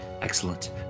Excellent